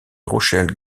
rochelle